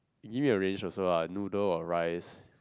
you give me a range also ah noodle or rice